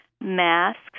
masks